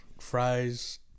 fries